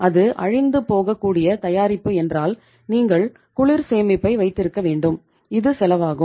அது அழிந்துபோகக்கூடிய தயாரிப்பு என்றால் நீங்கள் குளிர் சேமிப்பை வைத்திருக்க வேண்டும் இது செலவாகும்